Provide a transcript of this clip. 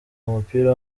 mupira